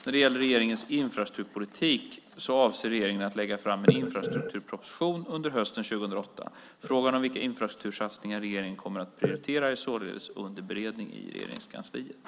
När det gäller regeringens infrastrukturpolitik avser regeringen att lägga fram en infrastrukturproposition under hösten 2008. Frågan om vilka infrastruktursatsningar regeringen kommer att prioritera är således under beredning inom Regeringskansliet.